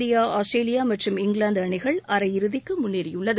India Australia மற்றும் England அணிகள் அரையிறுதிக்கு முன்னேறி உள்ளன